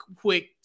quick